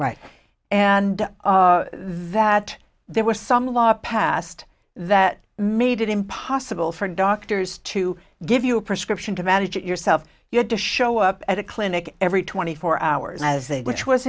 right and that there was some law passed that made it impossible for doctors to give you a prescription to manage it yourself you had to show up at a clinic every twenty four hours as they which was